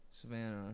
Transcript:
Savannah